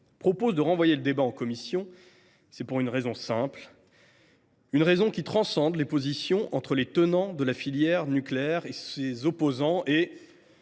propose de renvoyer le débat en commission, c’est pour une raison simple, qui transcende les positions entre les tenants de la filière nucléaire et ses opposants.